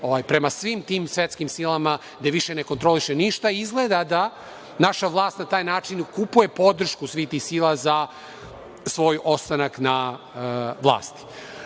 prema svim tim svetskim silama, gde više ne kontroliše ništa i izgleda da naša vlast na taj način kupuje podršku svih tih sila za svoj ostanak na vlasti. Ono